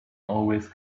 always